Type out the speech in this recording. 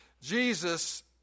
Jesus